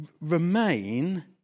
Remain